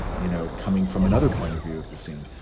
you know, coming from another point of view of the scene.